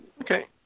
Okay